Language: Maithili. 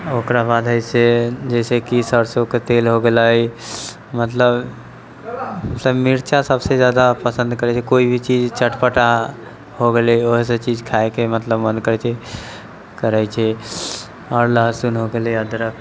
ओकरा बाद हइ से जैसेकि सरसोके तेल हो गेलै मतलब सब मिरचा सबसे जादा पसंद करैत छै कोइ भी चीज चटपटा हो गेलै ओहे सब चीज खायके मन करैत छै आओर लहसुन हो गेलै अदरक